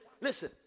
Listen